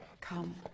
come